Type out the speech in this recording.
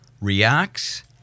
reacts